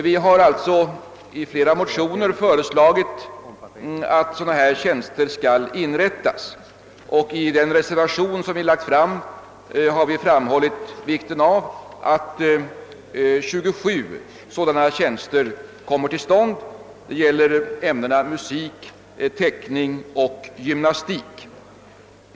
Från vårt håll har i flera motioner föreslagits att de aktuella tjänsterna skall inrättas, och i vår reservation till det föreliggande utskottsutlåtandet har vi framhållit vikten av att 27 sådana tjänster kommer tili stånd. Det gäller ämnena musik, teckning och gymnastik.